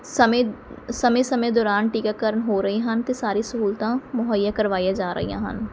ਸਮੇਂ ਸਮੇਂ ਸਮੇਂ ਦੌਰਾਨ ਟੀਕਾਕਰਨ ਹੋ ਰਹੇ ਹਨ ਅਤੇ ਸਾਰੇ ਸਹੂਲਤਾਂ ਮੁਹੱਈਆ ਕਰਵਾਈਆਂ ਜਾ ਰਹੀਆਂ ਹਨ